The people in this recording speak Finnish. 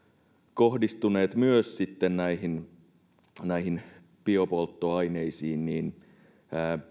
kohdistuneet myös näihin näihin biopolttoaineisiin niin